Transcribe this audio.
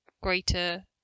greater